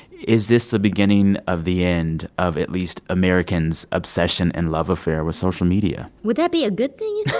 is this the beginning of the end of at least americans' obsession and love affair with social media? would that be a good thing, you